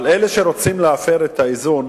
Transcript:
אבל אלה שרוצים להפר את האיזון